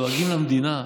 דואגים למדינה,